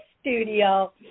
studio